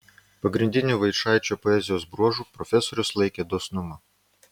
pagrindiniu vaičaičio poezijos bruožu profesorius laikė dosnumą